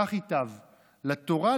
כך ייטב לתורה,